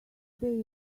they